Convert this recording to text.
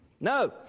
No